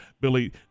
Billy